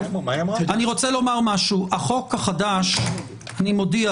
ככל שזה תלוי בי, החוק החדש לא יצא